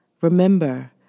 Remember